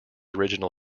original